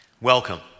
Welcome